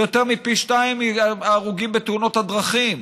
זה יותר מפי שניים מההרוגים בתאונות הדרכים.